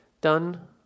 done